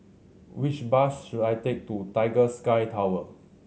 which bus should I take to Tiger Sky Tower